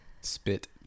spit